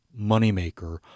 moneymaker